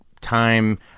time